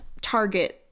target